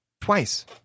Twice